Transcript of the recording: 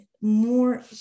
more